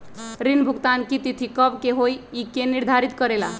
ऋण भुगतान की तिथि कव के होई इ के निर्धारित करेला?